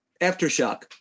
Aftershock